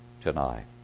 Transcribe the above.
tonight